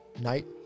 night